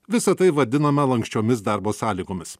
visa tai vadinama lanksčiomis darbo sąlygomis